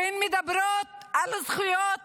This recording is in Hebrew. שהן מדברות על זכויות